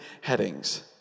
headings